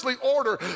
order